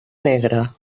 negre